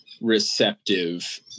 receptive